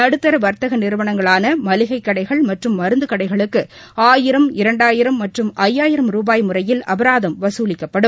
நடுத்தர வர்த்தக நிறுவனங்களான மளிகைக்கடைகள் மற்றும் மருந்து கடைகளுக்கு ஆயிரம் இரண்டாயிரம் மற்றும் ஜயாயிரம் ரூபாய் முறையில் அபராதம் வசூலிக்கப்படும்